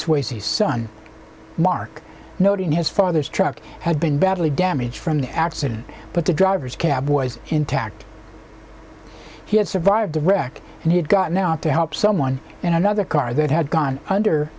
swayze son mark noting his father's truck had been badly damaged from the accident but the driver's cowboy's intact he had survived the wreck and he had gotten out to help someone in another car that had gone under